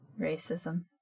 Racism